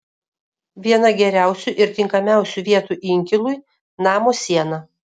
viena geriausių ir tinkamiausių vietų inkilui namo siena